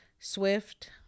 swift